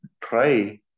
try